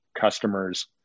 customers